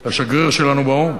לשגריר שלנו באו"ם,